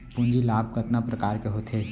पूंजी लाभ कतना प्रकार के होथे?